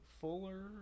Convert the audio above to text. Fuller